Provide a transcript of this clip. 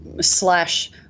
slash